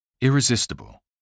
Irresistible